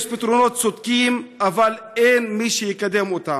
יש פתרונות צודקים, אבל אין מי שיקדם אותם.